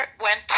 went